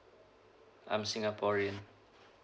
I'm singaporean